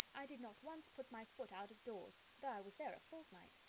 i did not once put my foot out of doors, though i was there a fortnight.